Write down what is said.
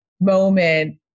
moment